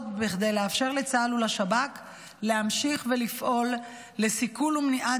כדי לאפשר לצה"ל ולשב"כ להמשיך ולפעול לסיכול ומניעת